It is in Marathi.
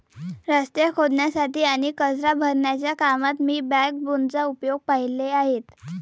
रस्ते खोदण्यासाठी आणि कचरा भरण्याच्या कामात मी बॅकबोनचा उपयोग पाहिले आहेत